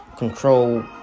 control